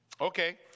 Okay